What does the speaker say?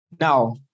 Now